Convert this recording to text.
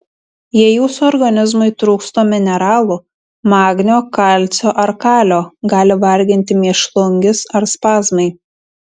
jei jūsų organizmui trūksta mineralų magnio kalcio ar kalio gali varginti mėšlungis ar spazmai